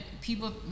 People